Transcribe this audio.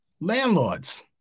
Landlords